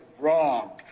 wrong